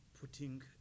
putting